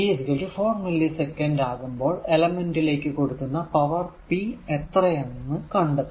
t 4 millisecond ആകുമ്പോൾ എലെമെന്റിലേക്കു കൊടുക്കുന്ന പവർ p എത്രയാണെന്ന് കണ്ടെത്തുക